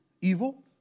evil